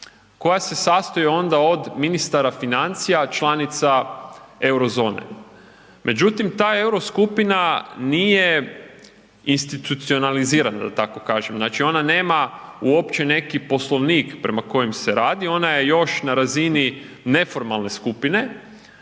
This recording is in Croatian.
koja se sastoji ona od ministara financija članica euro zone. Međutim, ta euro skupina nije institucionalizirana da tako kažem, znači ona nema uopće neki poslovnik prema kojem se radi, ona je još na razini neformalne skupine,